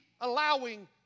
allowing